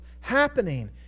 happening